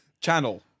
Channel